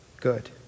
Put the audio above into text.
good